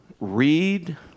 read